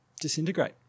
disintegrate